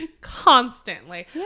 Constantly